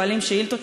שואלים שאילתות,